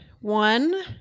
one